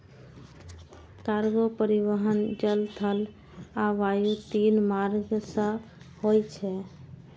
cargo परिवहन जल, थल आ वायु, तीनू मार्ग सं होय छै